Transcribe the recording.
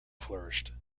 flourished